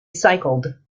cycled